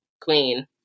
queen